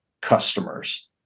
customers